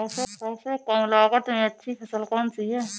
सबसे कम लागत में अच्छी फसल कौन सी है?